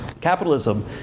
capitalism